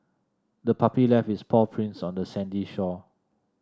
the puppy left its paw prints on the sandy shore